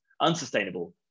unsustainable